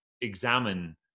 examine